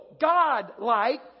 God-like